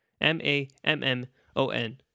M-A-M-M-O-N